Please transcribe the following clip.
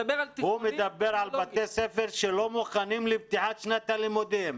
הוא מדבר על בתי ספר שלא מוכנים לפתיחת שנת הלימודים,